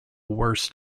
worst